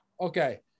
Okay